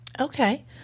Okay